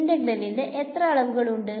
ഇന്റഗ്രലിൽ എത്ര അളവുകൾ ഉണ്ട്